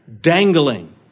dangling